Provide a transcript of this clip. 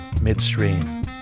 midstream